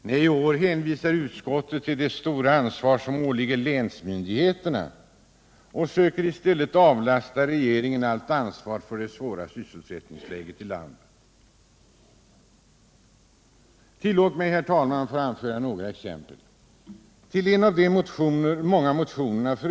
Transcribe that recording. Nej, i år hänvisar utskottet till det stora ansvar som åligger länsmyndigheterna och söker i stället avlasta regeringen allt ansvar för det svåra sysselsättningsläget i landet. Tillåt mig, herr talman, att få anföra några exempel. Till en av de många motionerna —f.